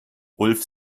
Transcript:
ulf